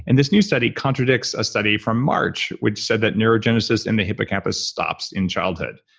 and this new study contradicts a study from march which said that neurogenesis and hippocampus stops in childhood.